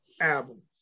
albums